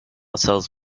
sells